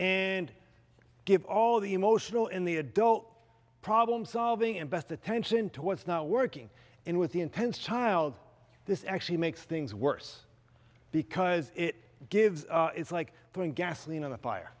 and give all the emotional in the adult problem solving and best attention to what's not working in with the intense child this actually makes things worse because it gives it's like throwing gasoline on a fire